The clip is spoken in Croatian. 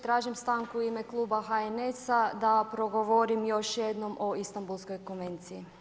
Tražim stanku u ime Kluba HNS-a da progovorim još jednom o Istambulskoj konvenciji.